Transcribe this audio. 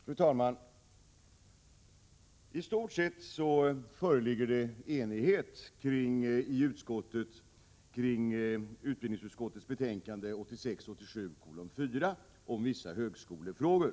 Fru talman! I stort sett föreligger enighet i utbildningsutskottet kring betänkande 1986/87:4 om vissa högskolefrågor.